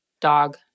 dog